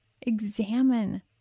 examine